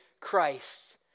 Christ